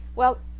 well,